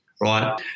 right